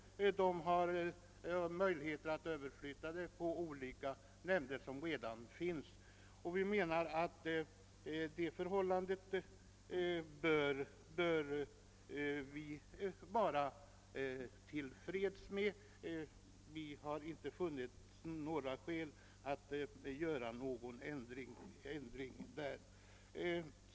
De har också möjlighet att överflytta uppgifter på de olika nämnder som finns. Vi menar att detta är tillräckligt och att det inte finns några skäl att göra en ändring.